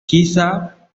quizá